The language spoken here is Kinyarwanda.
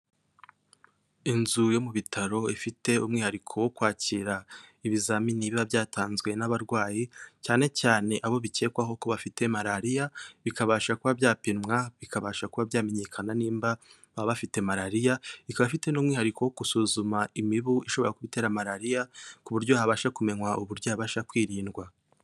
Inzu yo mu bitaro ifite umwihariko wo kwakira ibizamini biba byatanzwe n'abarwayi, cyane cyane abo bikekwaho ko bafite malariya, bikabasha kuba byapimwa, bikabasha kuba byamenyekana nimba baba bafite malariya, ikaba afite n'umwihariko wo gusuzuma imibu ishobora gutera malariya, ku buryo habasha kumenywa uburyo yabasha kwirindwa.